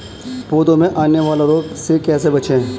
पौधों में आने वाले रोग से कैसे बचें?